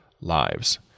lives